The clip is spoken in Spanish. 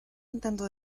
intento